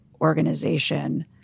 organization